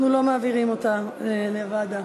אנחנו לא מעבירים אותה לוועדה.